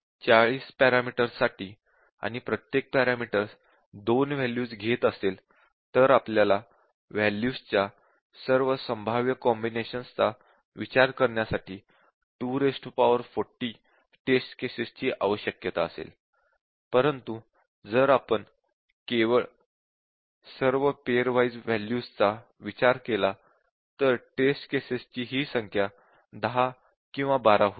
40 पॅरामीटर्ससाठी आणि प्रत्येक पॅरामीटर 2 वॅल्यूज घेत असेल तर आपल्याला वॅल्यूजच्या सर्व संभाव्य कॉम्बिनेशन्स चा विचार करण्यासाठी 240 टेस्ट केसेस ची आवश्यकता असेल परंतु जर आपण केवळ सर्व पेअर वाइज़ वॅल्यूजचा विचार केला तर टेस्ट केसेस ची संख्या 10 किंवा 12 होईल